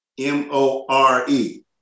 M-O-R-E